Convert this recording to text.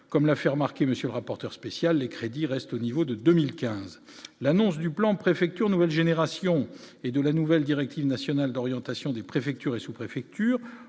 comme l'a fait remarquer, monsieur le rapporteur spécial des crédits restent au niveau de 2015, l'annonce du plan préfecture nouvelle génération et de la nouvelle directive nationale d'orientation des préfectures et sous-préfectures